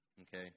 okay